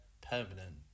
permanent